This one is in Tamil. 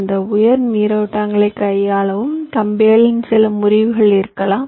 அந்த உயர் நீரோட்டங்களைக் கையாளவும் கம்பிகளில் சில முறிவுகள் இருக்கலாம்